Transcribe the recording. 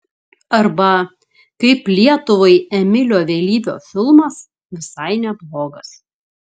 arba kaip lietuvai emilio vėlyvio filmas visai neblogas